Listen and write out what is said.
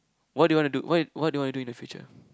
what do you want to do what what do you want to do in the future